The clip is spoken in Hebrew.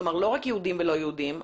כלומר, לא רק יהודים ולא יהודים.